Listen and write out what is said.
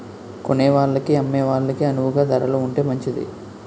కొనేవాళ్ళకి అమ్మే వాళ్ళకి అణువుగా ధరలు ఉంటే మంచిది